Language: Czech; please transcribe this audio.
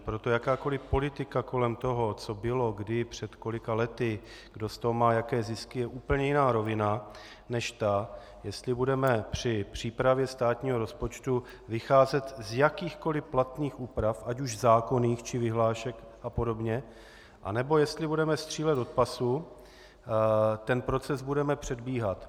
Proto jakákoli politika kolem toho, co bylo kdy před kolika lety, kdo z toho má jaké zisky, je úplně jiná rovina než ta, jestli budeme při přípravě státního rozpočtu vycházet z jakýchkoli platných úprav, ať už zákonných, či vyhlášek apod., anebo jestli budeme střílet od pasu, ten proces budeme předbíhat.